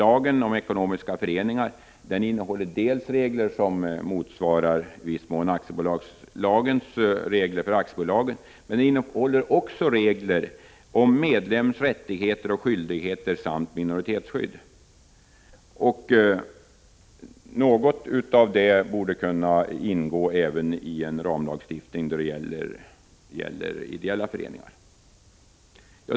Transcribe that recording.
Lagen om ekonomiska föreningar innehåller dels regler motsvarande aktiebolagslagens regler för aktiebolagen, dels också regler om medlems rättigheter och skyldigheter samt om minoritetsskydd. Något av detta borde kunna ingå även i en ramlagstiftning som gäller ideella föreningar.